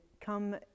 come